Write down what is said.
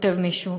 כותב מישהו,